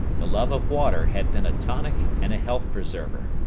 the love of water had been a tonic and a health preserver.